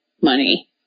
money